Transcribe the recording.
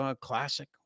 Classic